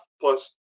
plus